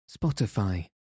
Spotify